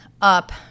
up